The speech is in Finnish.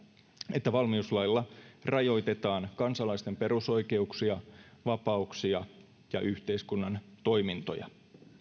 että valmiuslailla rajoitetaan kansalaisten perusoikeuksia vapauksia ja yhteiskunnan toimintoja